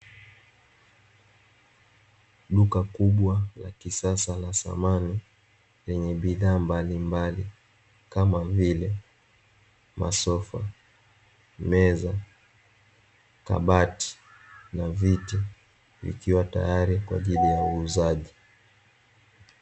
Duka kubwa la kisasa, la samani, lenye bidhaa mbalimbali, kama vile: masofa, meza, kabati na viti, vikiwa tayari kwa ajili ya uuzaji.